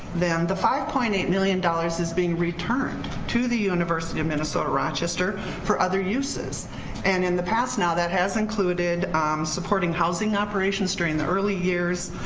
the five point eight million dollars is being returned to the university of minnesota rochester for other uses and in the past now that has included supporting housing operations during the early years,